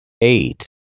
Eight